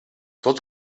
tot